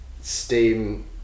Steam